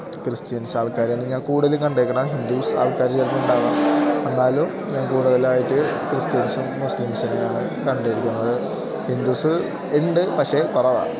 ക്രിസ്ത്യൻസാൾക്കാരെയാണ് ഞാൻ കൂടുതൽ കണ്ടിരിക്കുന്നേ ഹിന്ദൂസാൾക്കാർ ചിലപ്പം ഉണ്ടാകാം എന്നാലും ഞാൻ കൂടുതലായിട്ട് ക്രിസ്ത്യൻസും മുസ്ലീംസിനെയാണ് കണ്ടിരിക്കുന്നത് ഹിന്ദൂസ് ഉണ്ട് പക്ഷേ കുറവാണ്